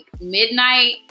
midnight